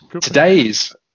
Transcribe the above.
Today's